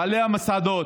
בעלי המסעדות,